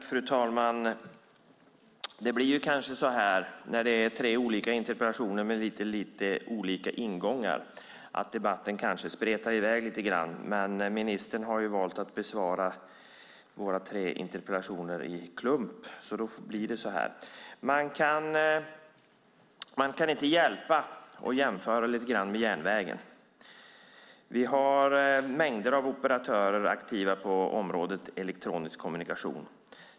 Fru talman! Det blir kanske så här när det handlar om tre olika interpellationer med lite olika ingångar; debatten spretar i väg lite grann. Men ministern har valt att besvara våra tre interpellationer i en klump, och då blir det så här. Man kan inte låta bli att jämföra lite grann med järnvägen. Vi har mängder av operatörer aktiva på området elektronisk kommunikation.